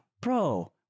Bro